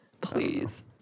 Please